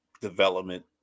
development